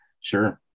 Sure